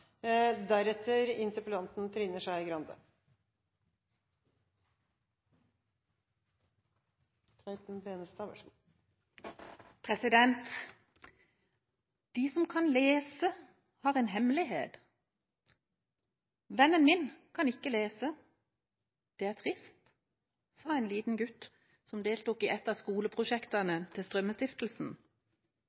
De som kan lese, har en hemmelighet. Vennen min kan ikke lese, det er trist, sa en liten gutt som deltok i et av skoleprosjektene til Strømmestiftelsen.